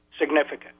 significant